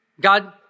God